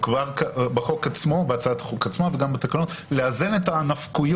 כבר בהצעת החוק עצמה וגם בתקנות לאזן את הנפקויות.